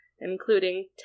including